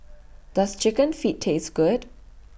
Does Chicken Feet Taste Good